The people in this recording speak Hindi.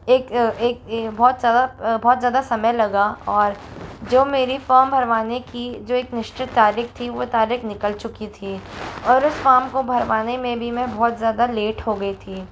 एक एक बहुत ज़्यादा बहुत ज़्यादा समय लगा और जो मेरी फॉर्म भरवाने की जो एक निश्चित तारीख थी वह निकल चुकी थी और उस फॉर्म को भरवाने में भी मैं बहुत ज़्यादा लेट हो गई थी